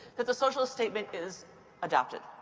that the social statement is adopted.